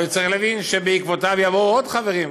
הוא צריך להבין שבעקבותיו יבואו עוד חברים,